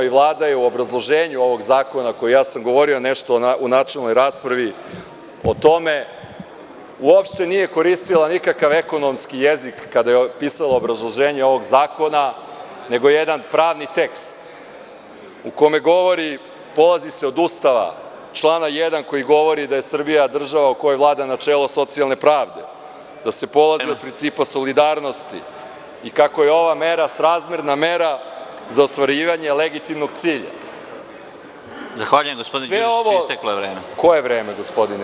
Vlada je u obrazloženju ovog zakona, govorio sam nešto u načelnoj raspravi o tome, uopšte nije koristila nikakav ekonomski jezik kada je pisala obrazloženje ovog zakona, nego jedan pravni tekst u kome govori, polazi se od Ustava, člana 1. koji govori da je Srbija država u kojoj vlada načelo socijalne pravde, da se polazi od principa solidarnosti i kako je ova mera srazmerna mera za ostvarivanje legitimnog cilja. (Predsedavajući:Zahvaljujem gospodine Đurišiću, isteklo je vreme.) Koje vreme?